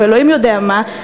או אלוהים יודע מה,